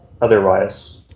otherwise